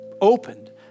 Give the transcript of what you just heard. opened